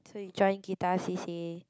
so you join guitar C_C_A